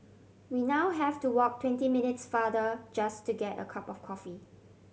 we now have to walk twenty minutes farther just to get a cup of coffee